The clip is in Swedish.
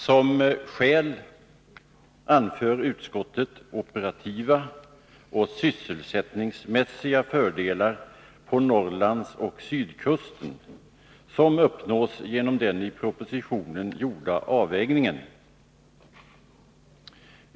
Som skäl anför utskottet operativa och sysselsättningsmässiga fördelar på Norrlandsoch sydkusten som uppnås genom den i propositionen gjorda avvägningen.